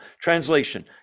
Translation